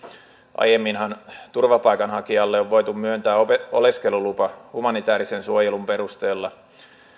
aiemminhan turvapaikanhakijalle on voitu myöntää oleskelulupa humanitäärisen suojelun perusteella